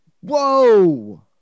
Whoa